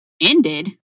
ended